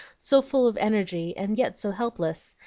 so full of energy and yet so helpless,